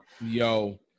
yo